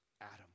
Adam